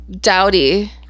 dowdy